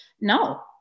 No